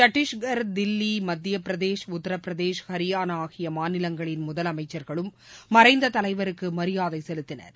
சத்திஷ்கர் தில்லி மத்தியப்பிரதேஷ் உத்தரப்பிரதேஷ் ஹரியானா ஆகிய மாநிலங்களின் முதலமைச்சர்களும் மறைந்த தலைவருக்கு மரியாதை செலுத்தினர்